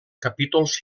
capítols